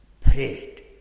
prayed